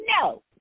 No